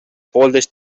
poolteist